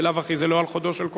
בלאו הכי זה לא על חודו של קול.